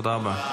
--- תודה רבה.